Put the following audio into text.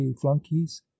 flunkies